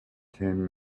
ten